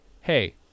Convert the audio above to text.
hey